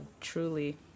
truly